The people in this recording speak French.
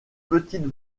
petite